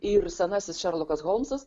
ir senasis šerlokas holmsas